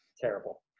terrible